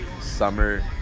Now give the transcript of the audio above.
summer